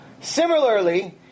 Similarly